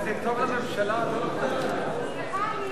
סעיפים